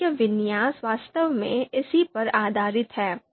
वाक्य विन्यास वास्तव में इसी पर आधारित है